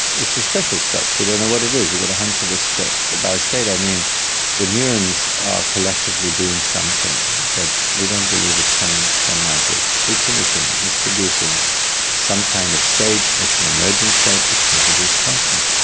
it's a special state, we don't know what it is, we've got to hunt for the state. by state i mean the neurons are collectively doing something that we don't believe it's coming from magic. it's a machine, it's producing some kind of state. it's an emergent state which then produces consciousness.